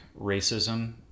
racism